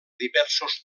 diversos